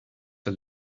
for